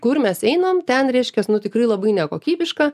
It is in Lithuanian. kur mes einam ten reiškias nu tikrai labai nekokybiška